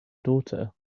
daughter